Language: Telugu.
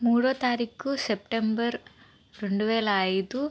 మూడో తారీకు సెప్టెంబర్ రెండు వేల ఐదు